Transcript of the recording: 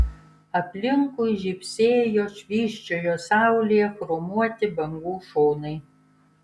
aplinkui žybsėjo švysčiojo saulėje chromuoti bangų šonai